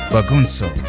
Bagunso